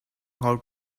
how